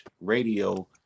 Radio